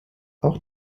auch